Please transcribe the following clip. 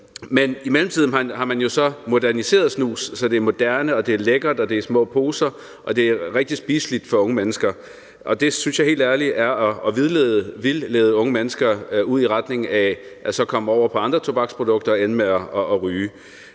I mellemtiden har man så moderniseret snus, så det er moderne, det er lækkert, og det er i små poser, og det er rigtig spiseligt for unge mennesker, og det synes jeg helt ærligt er at vildlede unge mennesker ud i retning af så at komme over på andre tobaksprodukter og ende med at ryge.